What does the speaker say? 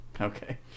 Okay